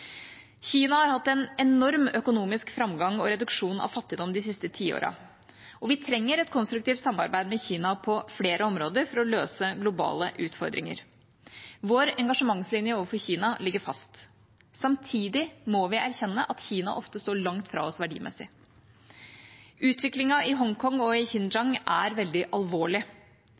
Kina har hatt en enorm økonomisk framgang og reduksjon av fattigdom de siste tiårene. Vi trenger et konstruktivt samarbeid med Kina på flere områder for å løse globale utfordringer. Vår engasjementslinje overfor Kina ligger fast. Samtidig må vi erkjenne at Kina ofte står langt fra oss verdimessig. Utviklingen i Hongkong og i Xinjiang er veldig alvorlig.